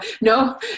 no